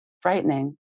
frightening